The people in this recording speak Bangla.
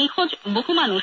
নিখোঁজ বহু মানুষ